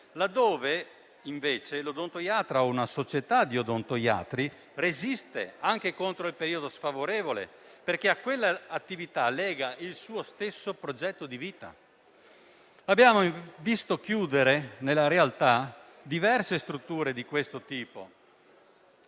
laddove invece l'odontoiatra o una società di odontoiatri resiste anche contro il periodo sfavorevole, perché a quella attività lega il suo stesso progetto di vita. Abbiamo visto chiudere, nella realtà, diverse strutture di questo tipo,